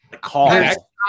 call